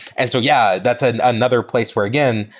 and so yeah, that's ah another place where, again,